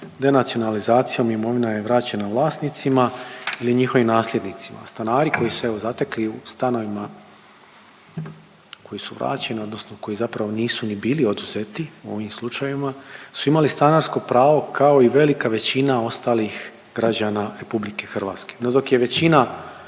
Denacionalizacijom imovina je vraćena vlasnicima ili njihovim nasljednicima, a stanari koji su se evo zatekli u stanovima koji su vraćeni odnosno koji zapravo nisu ni bili oduzeti u ovim slučajevima, su imali stanarsko pravo kao i velika većina ostalih građana RH. No dok je većina